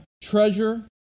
treasure